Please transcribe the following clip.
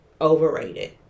Overrated